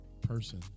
person